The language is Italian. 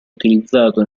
utilizzato